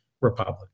republic